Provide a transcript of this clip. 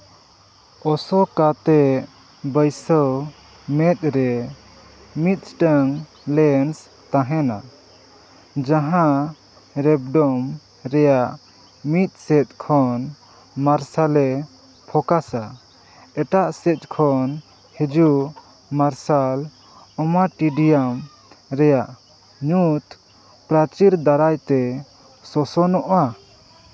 ᱚᱥᱳᱠᱟᱛᱮ ᱵᱟᱹᱭᱥᱟᱹᱣ ᱢᱮᱫ ᱨᱮ ᱢᱤᱫᱴᱮᱱ ᱞᱮᱹᱱᱥ ᱛᱟᱦᱮᱱᱟ ᱡᱟᱦᱟᱸ ᱨᱮᱵᱽᱰᱚᱢ ᱨᱮᱭᱟᱜ ᱢᱤᱫᱥᱮᱫ ᱠᱷᱚᱱ ᱢᱟᱨᱥᱟᱞᱮ ᱯᱷᱳᱠᱟᱥᱟ ᱮᱴᱟᱜ ᱥᱮᱫᱠᱷᱚᱱ ᱦᱤᱡᱩᱜ ᱢᱟᱨᱥᱟᱞ ᱚᱢᱟ ᱴᱤᱰᱤᱭᱟᱢ ᱨᱮᱭᱟᱜ ᱧᱩᱛ ᱯᱨᱟᱪᱤᱨ ᱫᱟᱨᱟᱭ ᱛᱮ ᱥᱚᱥᱚᱱᱚᱜᱼᱟ